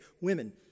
Women